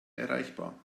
erreichbar